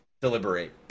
deliberate